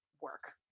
work